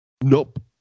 nope